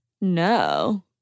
No